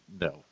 no